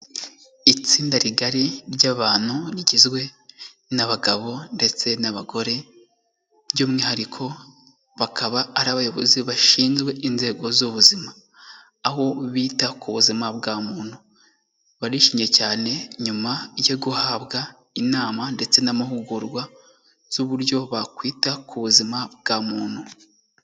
Itsinda rigari ry'abantu rigizwe n'abagabo ndetse n'abagore, by'umwihariko bakaba ari abayobozi bashinzwe inzego z'ubuzima. Aho bita ku buzima bwa muntu. Barishimye cyane nyuma yo guhabwa inama ndetse n'amahugurwa z'uburyo bakwita ku buzima bwa muntu.